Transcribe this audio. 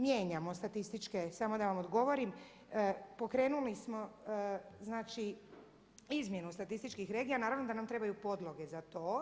Mijenjamo statističke, samo da vam odgovorim, pokrenuli smo znači izmjenu statistički regija naravno da nam trebaju podloge za to.